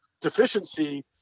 deficiency